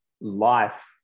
life